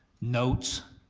notes.